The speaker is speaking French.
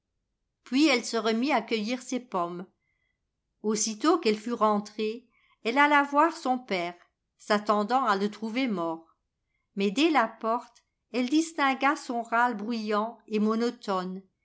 puis elle se remit à cueillir ses pommes aussitôt qu'elle fut rentrée elle alla voir son père s'attendant à le trouver mort mais dès la porte elle distingua son râle bruyant et monotone